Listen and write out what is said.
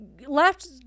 Left